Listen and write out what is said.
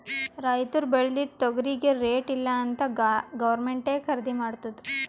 ರೈತುರ್ ಬೇಳ್ದಿದು ತೊಗರಿಗಿ ರೇಟ್ ಇಲ್ಲ ಅಂತ್ ಗೌರ್ಮೆಂಟೇ ಖರ್ದಿ ಮಾಡ್ತುದ್